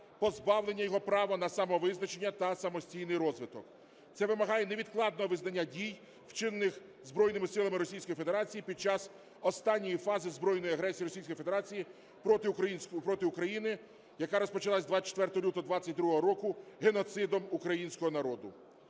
позбавлення його права на самовизначення та самостійний розвиток. Це вимагає невідкладного визнання дій, вчинених збройними силами Російської Федерації під час останньої фази збройної агресії Російської Федерації проти України, яка розпочалася 24 лютого 22-го року, геноцидом українського народу.